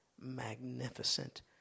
Magnificent